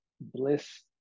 bliss